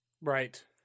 Right